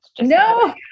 No